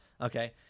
Okay